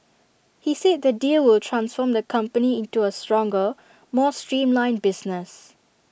he said the deal will transform the company into A stronger more streamlined business